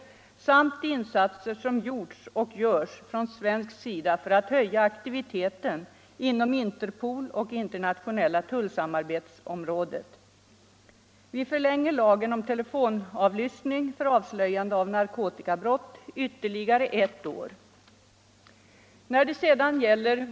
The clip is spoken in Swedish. Vidare har det från svensk sida gjorts — och görs fortfarande — insatser för att vidga aktiviteten inom Interpol och In Vi förlänger nu lagen om telefonavlyssning för avslöjande av narkotikabrott med ytterligare ett år.